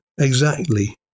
exactly